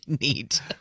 Neat